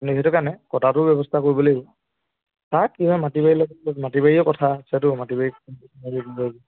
সেইটো কাৰণে কটাটো ব্যৱস্থা কৰিব লাগিব চাওঁ কি হয় মাটি বাৰী লগত মাটি বাৰী লগত কথা সেইটো মাটি বাৰী কি হয়